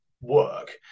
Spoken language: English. work